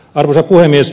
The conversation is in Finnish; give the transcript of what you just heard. arvoisa puhemies